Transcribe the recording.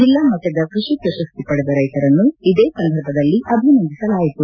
ಜಿಲ್ಲಾ ಮಟ್ಟದ ಕೃಷಿ ಪ್ರಶಸ್ತಿ ಪಡೆದ ರೈತರನ್ನು ಇದೇ ಸಂದರ್ಭದಲ್ಲಿ ಅಭಿನಂದಿಸಲಾಯಿತು